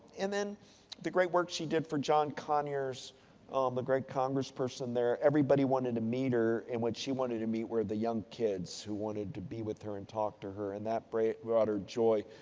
and, then the great work she did for john conyers um the great congressperson there. everybody wanted to meet her and what she wanted to meet were the young kids who wanted to be with her and talk to her. and, that brought her joy.